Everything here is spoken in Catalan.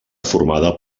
formada